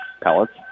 Pellets